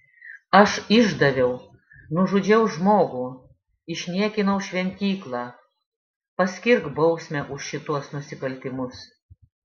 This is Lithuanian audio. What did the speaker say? aš išdaviau nužudžiau žmogų išniekinau šventyklą paskirk bausmę už šituos nusikaltimus